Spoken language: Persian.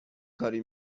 کاری